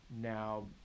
now